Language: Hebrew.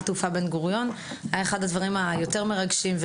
התעופה בן גוריון היה אחד הדברים היותר מרגשים.